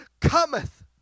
cometh